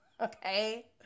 okay